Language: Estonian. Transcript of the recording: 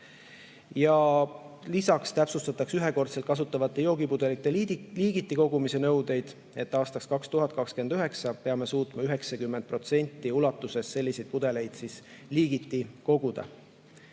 Lisaks täpsustatakse ühekordselt kasutatavate joogipudelite liigiti kogumise nõudeid. Aastaks 2029 peame suutma 90% ulatuses selliseid pudeleid liigiti koguda.